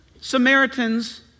Samaritans